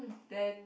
then